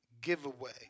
giveaway